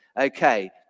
okay